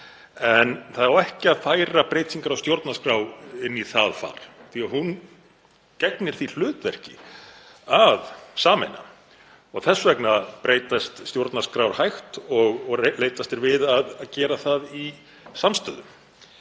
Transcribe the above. andstaða. En breytingar á stjórnarskrá á ekki að færa í það far því að hún gegnir því hlutverki að sameina og þess vegna breytast stjórnarskrár hægt og leitast er við að gera það í samstöðu.